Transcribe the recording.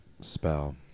spell